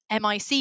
MIC